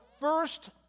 first